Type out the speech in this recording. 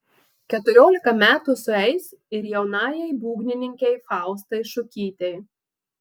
keturiolika metų sueis ir jaunajai būgnininkei faustai šukytei